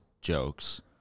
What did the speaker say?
jokes